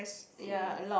see